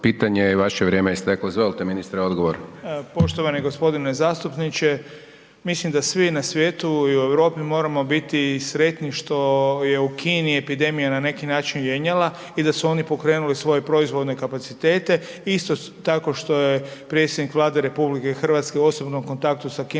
pitanje i vaše je vrijeme isteklo. Izvolite ministre, odgovor. **Beroš, Vili (HDZ)** Poštovani gospodine zastupniče, mislim da svi na svijetu i u Europi moramo biti sretni što je u Kini epidemija na neki način jenjala i da su oni pokrenuli svoje proizvodne kapacitete isto tako što je predsjednik Vlade RH u osobnom kontaktu sa kineskim